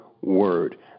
word